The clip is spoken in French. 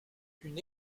une